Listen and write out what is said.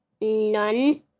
None